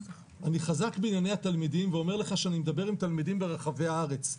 אני חזק בענייני התלמידים ואומר לך שאני מדבר עם תלמידים ברחבי הארץ,